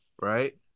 Right